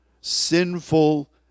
sinful